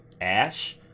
Ash